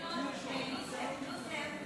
אני ביקשתי